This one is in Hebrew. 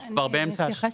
כי אנחנו כבר באמצע השנה